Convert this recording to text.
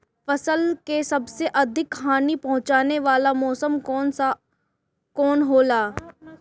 फसल के सबसे अधिक हानि पहुंचाने वाला मौसम कौन हो ला?